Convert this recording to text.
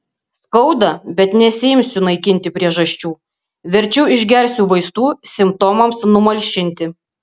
skauda bet nesiimsiu naikinti priežasčių verčiau išgersiu vaistų simptomams numalšinti